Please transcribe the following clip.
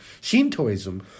Shintoism